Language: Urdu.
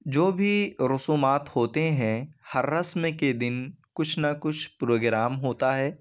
جو بھی رسومات ہوتے ہیں ہر رسم کے دن کچھ نہ کچھ پروگرام ہوتا ہے